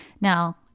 Now